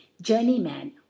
journeyman